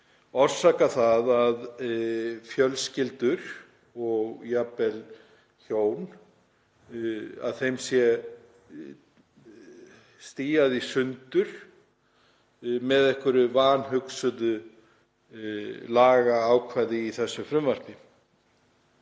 valda því að fjölskyldum og jafnvel hjónum sé stíað í sundur með einhverju vanhugsuðu lagaákvæði í þessu frumvarpi.